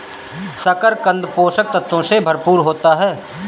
शकरकन्द पोषक तत्वों से भरपूर होता है